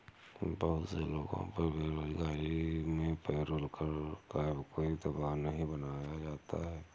बहुत से लोगों पर बेरोजगारी में पेरोल कर का कोई दवाब नहीं बनाया जाता है